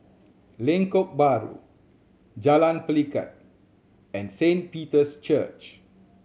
Lengkok Bahru Jalan Pelikat and Saint Peter's Church